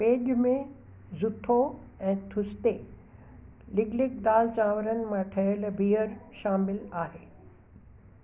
page में जुथो ऐं थुत्से लिॻिलिॻि दाल चांवरनि मां ठहियल बियर शामिलु आहे